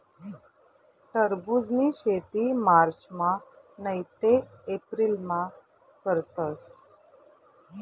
टरबुजनी शेती मार्चमा नैते एप्रिलमा करतस